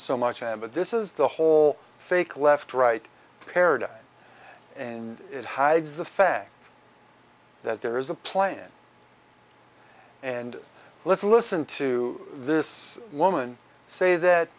so much i but this is the whole fake left right paradigm and it hides the fact that there is a plan and let's listen to this woman say that